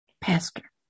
pastor